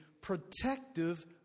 protective